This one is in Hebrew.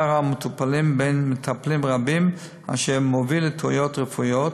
המטופלים בין מטפלים רבים אשר מוביל לטעויות רפואיות,